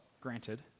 granted